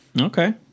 Okay